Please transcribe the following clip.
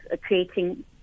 creating